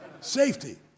Safety